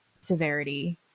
severity